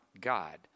God